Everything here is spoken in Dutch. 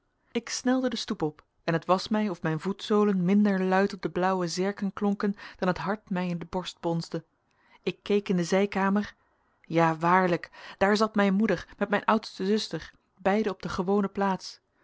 ik snelde de stoep op en het was mij of mijn voetzolen minder luid op de blauwe zerken klonken dan het hart mij in de borst bonsde ik keek in de zijkamer ja waarlijk daar zat mijn moeder met mijn oudste zuster beiden op de gewone plaats